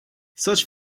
such